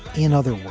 in other words,